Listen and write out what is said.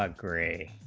ah gray